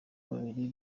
babiri